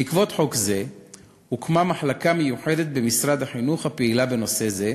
בעקבות חוק זה הוקמה מחלקה מיוחדת במשרד החינוך הפעילה בנושא זה,